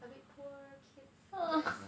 a bit poor kids guess